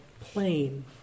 plain